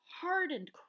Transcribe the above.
hardened